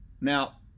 now